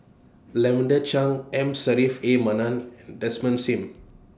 Lavender Chang M A Manaf and Desmond SIM